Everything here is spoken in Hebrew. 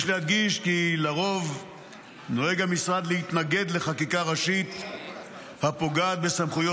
יש להדגיש כי לרוב נוהג המשרד להתנגד לחקיקה ראשית הפוגעת בסמכויות